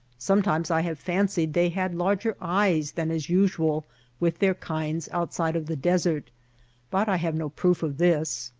sometimes i have fancied they had larger eyes than is usual with their kinds outside of the desert but i have no proof of this.